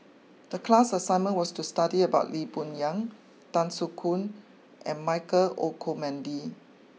the class assignment was to study about Lee Boon Yang Tan Soo Khoon and Michael Olcomendy